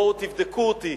בואו תבדקו אותי.